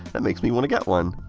that makes me want to get one!